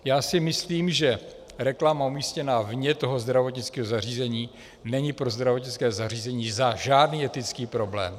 Já si myslím, že reklama umístěná vně toho zdravotnického zařízení není pro zdravotnické zařízení žádný etický problém.